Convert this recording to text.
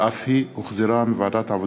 שאף היא הוחזרה מוועדת העבודה,